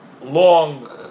long